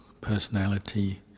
personality